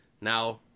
Now